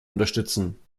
unterstützen